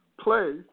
Play